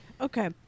Okay